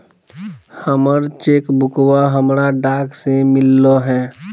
हमर चेक बुकवा हमरा डाक से मिललो हे